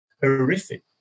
horrific